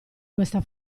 questa